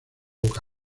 boca